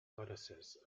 goddesses